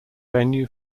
venue